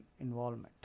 involvement